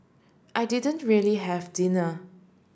I didn't really have dinner